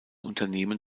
unternehmen